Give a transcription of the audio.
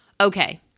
Okay